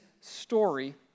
story